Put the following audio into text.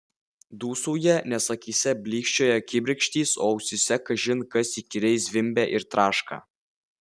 dūsauja nes akyse blykčioja kibirkštys o ausyse kažin kas įkyriai zvimbia ir traška